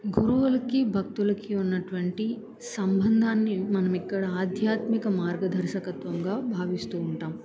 గురువులకి భక్తులకి ఉన్నటువంటి సంబంధాన్ని మనం ఇక్కడ ఆధ్యాత్మిక మార్గదర్శకత్వంగా భావిస్తూ ఉంటాం